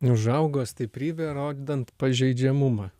užaugo stiprybė rodant pažeidžiamumą